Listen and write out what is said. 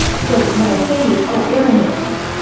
so, when i say, oh, aaron is.